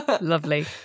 Lovely